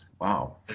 Wow